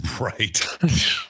Right